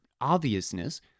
obviousness